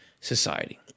society